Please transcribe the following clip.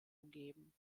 umgeben